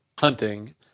hunting